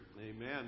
Amen